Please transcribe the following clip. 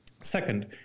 Second